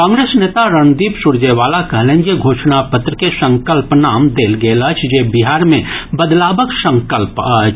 कांग्रेस नेता रणदीप सुरजेवाला कहलनि जे घोषणा पत्र के संकल्प नाम देल गेल अछि जे बिहार मे बदलावक संकल्प अछि